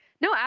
No